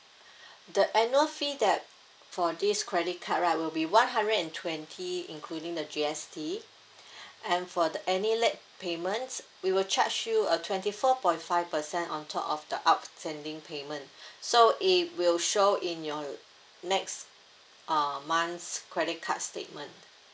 the annual fee that for this credit card right will be one hundred and twenty including the G_S_T and for the any late payments we will charge you a twenty four point five percent on top of the outstanding payment so it will show in your next uh month's credit card statement